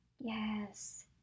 Yes